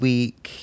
Week